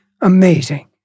amazing